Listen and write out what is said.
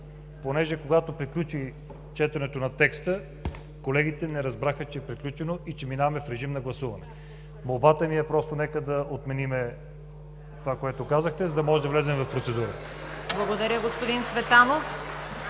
понеже, когато приключи четенето на текста колегите не разбраха, че е приключено и че минаваме в режим на гласуване, молбата ми е да отменим това, което казахте, за да можем да влезем в процедурата. (Ръкопляскания от